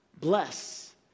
Bless